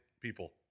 people